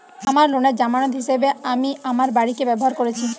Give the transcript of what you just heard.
আমার লোনের জামানত হিসেবে আমি আমার বাড়িকে ব্যবহার করেছি